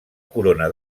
corona